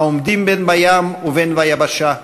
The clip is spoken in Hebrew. העומדים בין בים ובין ביבשה,